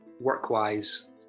Work-wise